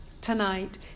Tonight